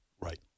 Right